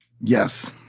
Yes